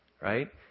right